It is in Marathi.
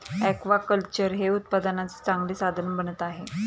ऍक्वाकल्चर हे उत्पन्नाचे चांगले साधन बनत आहे